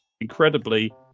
Incredibly